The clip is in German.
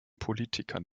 politikern